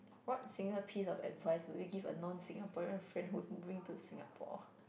what single piece of advice would you give a non Singaporean friend who is going to Singapore